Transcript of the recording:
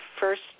first